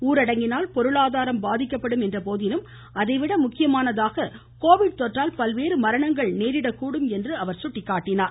ஊரடங்கினால் பொருளாதாரம் பாதிக்கப்படும் என்ற போதிலும் அதைவிட முக்கியமானதாக கோவிட் தொற்றால் பல்வேறு மரணங்கள் நேரிடகூடும் என்று சுட்டிகாட்டினார்